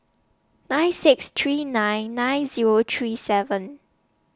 nine six three nine nine Zero three seven